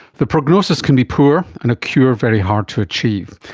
the prognosis can be poor and a cure very hard to achieve.